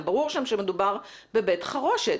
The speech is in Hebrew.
ברור שמדובר שם בבית חרושת.